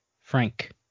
Frank